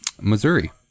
Missouri